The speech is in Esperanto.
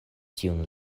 tiun